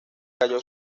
cayó